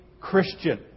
Christian